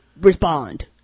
respond